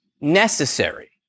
necessary